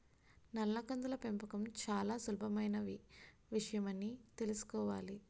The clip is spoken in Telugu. నల్ల కందుల పెంపకం చాలా సులభమైన విషయమని తెలుసుకోవాలి